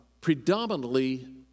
predominantly